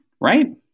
right